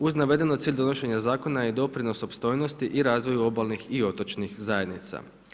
Uz navedeno, cilj donošenja zakona je doprinos opstojnosti i razvoju obalnih i otočnih zajednica.